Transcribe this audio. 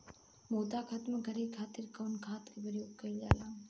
मोथा खत्म करे खातीर कउन खाद के प्रयोग कइल जाला?